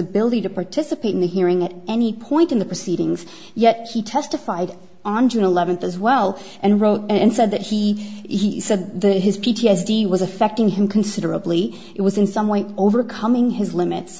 ability to participate in the hearing at any point in the proceedings yet he testified on june eleventh as well and wrote and said that he said his p t s d was affecting him considerably it was in some way overcoming his limits